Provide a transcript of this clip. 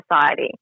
society